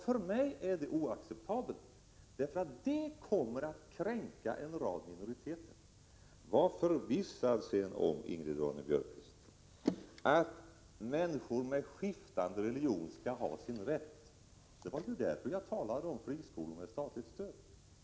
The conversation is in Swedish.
För mig är det oacceptabelt, för det kommer att kränka en rad minoriteter. Var sedan förvissad om, Ingrid Ronne-Björkqvist, att människor med skiftande religion skall ha sin rätt. Det var därför jag talade om friskolor med statligt stöd.